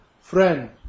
Friend